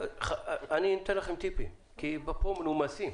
אני נותן לכם טיפים כי פה מנומסים.